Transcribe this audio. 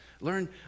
Learn